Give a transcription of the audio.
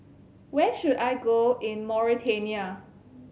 where should I go in Mauritania